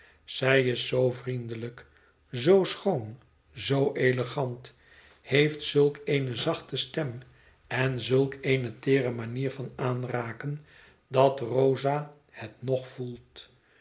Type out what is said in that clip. zij is zoo vriendelijk zoo schoon zoo elegant heeft zulk eene zachte stem en zulk eene teere manier van aanraken dat rosa het nog voelt